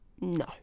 no